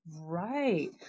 Right